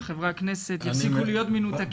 שחברי הכנסת יפסיקו להיות מנותקים,